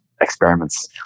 experiments